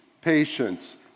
patience